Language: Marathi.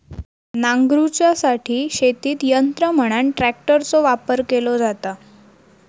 नांगरूच्यासाठी शेतीत यंत्र म्हणान ट्रॅक्टरचो वापर केलो जाता